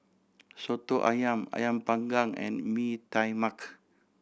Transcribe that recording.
Soto Ayam Ayam Panggang and Mee Tai Mak